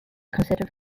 considered